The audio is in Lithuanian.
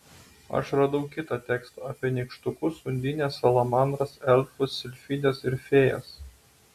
aš radau kitą tekstą apie nykštukus undines salamandras elfus silfides ir fėjas